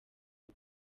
ubu